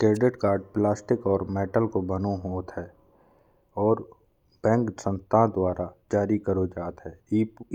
Credit card plastic या metal को बनो होत है और बैंक संस्था द्वारा जारी करो जात है।